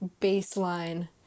baseline